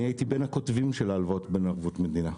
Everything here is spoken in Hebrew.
אני הייתי בין הכותבים של ההלוואות בערבות מדינה.